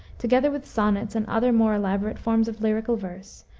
together with sonnets and other more elaborate forms of lyrical verse,